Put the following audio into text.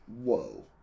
Whoa